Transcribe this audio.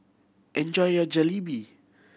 enjoy your Jalebi